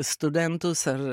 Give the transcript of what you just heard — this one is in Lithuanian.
studentus ar